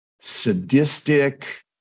sadistic